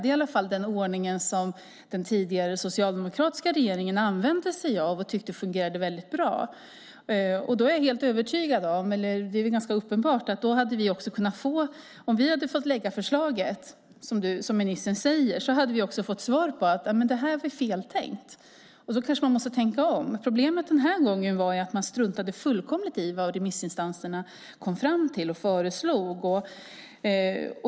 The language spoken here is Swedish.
Det är i alla fall den ordning som den tidigare, socialdemokratiska regeringen använde sig av och tyckte fungerade väldigt bra. Det är ganska uppenbart att om vi hade fått lägga förslaget, som ministern säger, hade vi också fått svaret att det här var feltänkt. Då måste man kanske tänka om. Problemet den här gången var att man struntade fullkomligt i vad remissinstanserna kom fram till och föreslog.